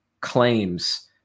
claims